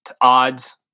odds